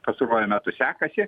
pastaruoju metu sekasi